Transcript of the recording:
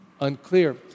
unclear